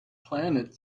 planet